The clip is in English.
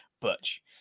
butch